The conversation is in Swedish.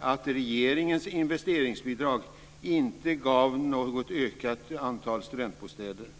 att regeringens investeringsbidrag inte gav något ökat antal studentbostäder.